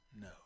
No